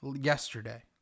yesterday